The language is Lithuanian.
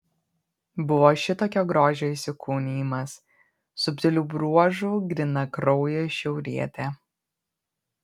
buvo šitokio grožio įsikūnijimas subtilių bruožų grynakraujė šiaurietė